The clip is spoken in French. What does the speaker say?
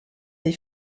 des